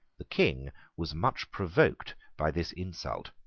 the king was much provoked by this insult.